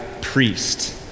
priest